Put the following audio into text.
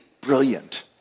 brilliant